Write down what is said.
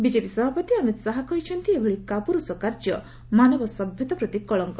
BJP ସଭାପତି ଅମିତ ଶାହା କହିଛନ୍ତି ଏଭଳି କାପୁରୁଷ କାର୍ଯ୍ୟ ମାନବ ସଭ୍ୟତା ପ୍ରତି କଳଙ୍କ